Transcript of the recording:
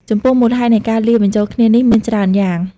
ចំពោះមូលហេតុនៃការលាយបញ្ចូលគ្នានេះមានច្រើនយ៉ាង។